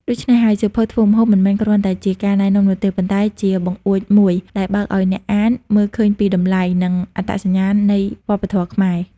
ដូច្នេះហើយ សៀវភៅធ្វើម្ហូបមិនមែនគ្រាន់តែជាការណែនាំនោះទេ ប៉ុន្តែជាបង្អួចមួយដែលបើកឲ្យអ្នកអានមើលឃើញពីតម្លៃ និងអត្តសញ្ញាណនៃវប្បធម៌ខ្មែរ។